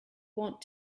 want